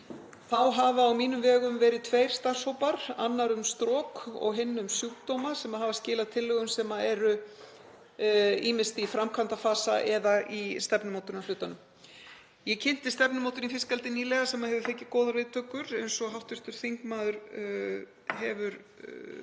Þá hafa á mínum vegum verið tveir starfshópar, annar um strok og hinn um sjúkdóma, sem hafa skilað tillögum sem eru ýmist í framkvæmdafasa eða í stefnumótunarhlutanum. Ég kynnti stefnumótun í fiskeldi nýlega, sem hefur fengið góðar viðtökur, eins og hv. þingmaður hefur væntanlega